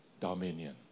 dominion